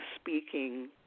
speaking